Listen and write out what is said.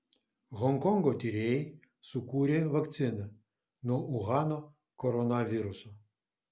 honkongo tyrėjai sukūrė vakciną nuo uhano koronaviruso